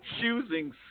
choosing